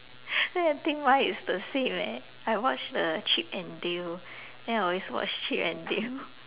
then I think mine is the same leh I watch the chip and dale then I always watch chip and dale